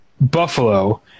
Buffalo